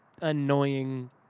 annoying